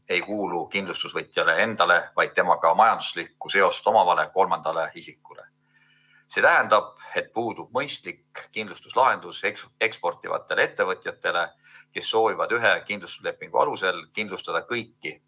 ei kuulu kindlustusvõtjale endale, vaid temaga majanduslikku seost omavale kolmandale isikule. See tähendab, et puudub mõistlik kindlustuslahendus eksportivatele ettevõtjatele, kes soovivad ühe kindlustuslepingu alusel kindlustada kõigi